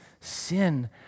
sin